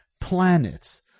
planets